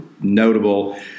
notable